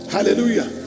Hallelujah